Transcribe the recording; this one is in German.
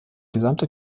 gesamte